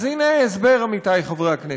אז הנה ההסבר, עמיתי חברי הכנסת.